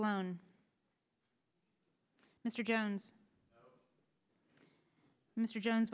alone mr jones mr jones